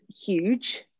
huge